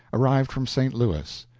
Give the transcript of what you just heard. arrived from st. louis.